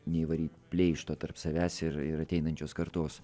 neįvaryt pleišto tarp savęs ir ir ateinančios kartos